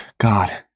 God